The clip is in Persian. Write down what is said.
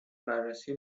بررسی